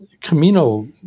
Camino